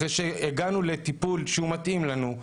אחרי שהגענו לטיפול שמתאים לנו,